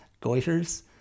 goiters